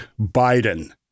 Biden